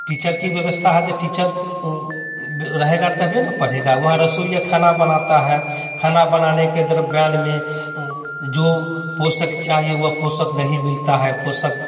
teacher की व्यवस्था आज टीचर रहेगा तभी ना पड़ेगा वहाँ रसोईया खाना बनाता है खाना बनाने के तरफ बयान में जो पोषक चाहिए वह पोषक नहीं मिलता है